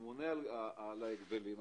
בא הממונה על ההגבלים העסקיים,